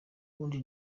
uwundi